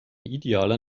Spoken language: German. idealer